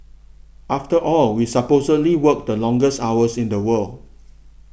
after all we supposedly work the longest hours in the world